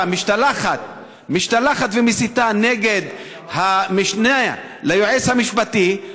משתלחת ומסיתה נגד המשנה ליועץ המשפטי,